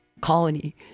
colony